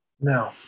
no